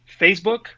Facebook